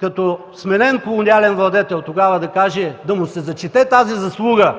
като сменен колониален владетел да каже – да му се зачете тази заслуга